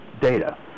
data